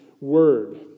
Word